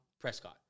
Prescott